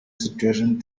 situation